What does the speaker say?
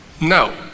No